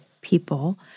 people